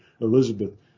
Elizabeth